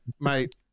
mate